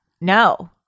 No